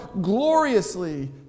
gloriously